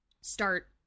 start